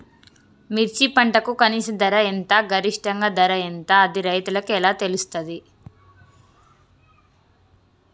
మిర్చి పంటకు కనీస ధర ఎంత గరిష్టంగా ధర ఎంత అది రైతులకు ఎలా తెలుస్తది?